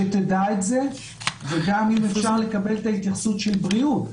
שתדע את זה וגם אם אפשר לקבל את ההתייחסות של בריאות,